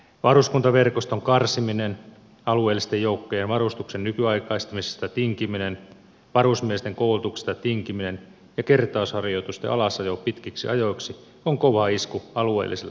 varuskuntaverkoston karsiminen alueellisten joukkojen ja varustuksen nykyaikaistamisesta tinkiminen varusmiesten koulutuksesta tinkiminen ja kertausharjoitusten alasajo pitkiksi ajoiksi on kova isku alueelliselle puolustukselle